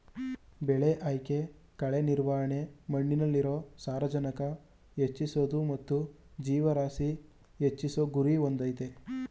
ಬೆಳೆ ಆಯ್ಕೆ ಕಳೆ ನಿರ್ವಹಣೆ ಮಣ್ಣಲ್ಲಿರೊ ಸಾರಜನಕ ಹೆಚ್ಚಿಸೋದು ಮತ್ತು ಜೀವರಾಶಿ ಹೆಚ್ಚಿಸೋ ಗುರಿ ಹೊಂದಯ್ತೆ